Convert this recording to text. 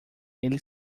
ele